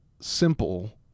simple